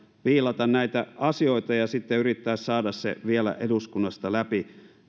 viilata näitä asioita ja sitten yrittää saada se vielä eduskunnasta läpi